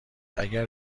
اگر